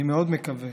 אני מאוד מקווה